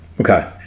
Okay